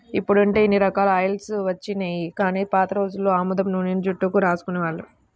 ఇప్పుడంటే ఇన్ని రకాల ఆయిల్స్ వచ్చినియ్యి గానీ పాత రోజుల్లో ఆముదం నూనెనే జుట్టుకు రాసుకునేవాళ్ళు